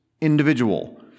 individual